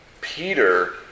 Peter